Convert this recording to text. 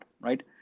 right